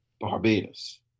Barbados